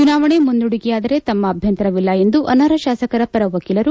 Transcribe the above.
ಚುನಾವಣೆ ಮುಂದೂಡಿಕೆಯಾದರೆ ತಮ್ಮ ಅಭ್ಯಂತರವಿಲ್ಲ ಎಂದು ಅನರ್ಹ ಶಾಸಕರ ಪರ ವಕೀಲರು